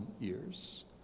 years